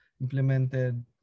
implemented